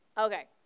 Okay